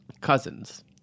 Cousins